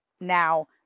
now